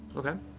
okay.